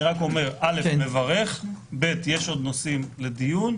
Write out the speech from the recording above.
אני רק אומר שיש עוד נושאים לדיון,